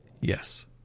yes